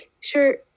sure